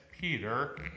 peter